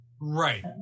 Right